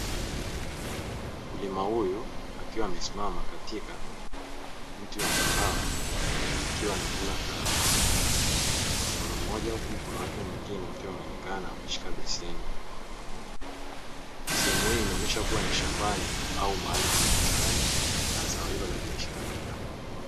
Mkulima huyu akiwa amesimama katika mti wa mkahawa akiwa anavuna kahawa kwa mkono mmoja, huku mkono wake mwingine ukiwa umeonekana umeshika beseni. Sehemu hii inaonesha kuwa ni shambani au mahali penye bustani na zao hilo la biashara la kahawa.